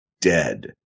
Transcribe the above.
dead